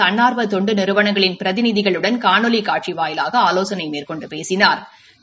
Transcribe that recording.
தன்னா்வ தொண்டு நிறுவனங்களின் பிரதிநிதிகளுடன் காணொலி காட்சி வாயிலாக ஆலோசனை மேற்கொண்டு பேசினா்